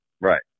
Right